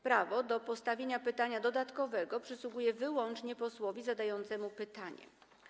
Prawo do postawienia pytania dodatkowego przysługuje wyłącznie posłowi zadającemu pytanie.